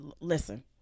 Listen